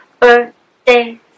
Birthday